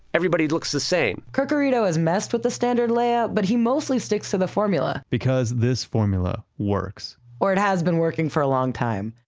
everybody looks the same. curcurito has messed with the standard layout but he mostly sticks to the formula because this formula works. or it has been working for a long time.